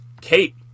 Kate